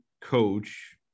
coach